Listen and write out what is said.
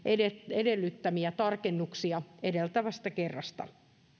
edellyttämiä tarkennuksia edeltävästä kerrasta